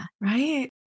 right